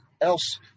else